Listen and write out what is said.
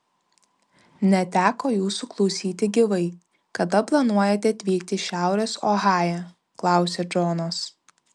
neteko jūsų klausyti gyvai kada planuojate atvykti į šiaurės ohają klausia džonas